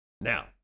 Now